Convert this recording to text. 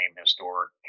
historic